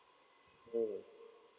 mm